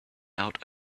out